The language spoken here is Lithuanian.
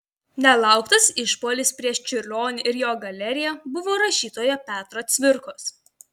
nelauktas išpuolis prieš čiurlionį ir jo galeriją buvo rašytojo petro cvirkos